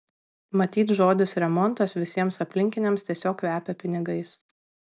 matyt žodis remontas visiems aplinkiniams tiesiog kvepia pinigais